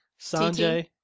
Sanjay